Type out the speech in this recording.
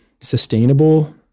sustainable